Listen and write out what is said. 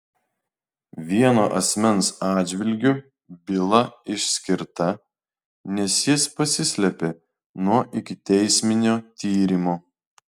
vieno asmens atžvilgiu byla išskirta nes jis pasislėpė nuo ikiteisminio tyrimo